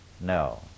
No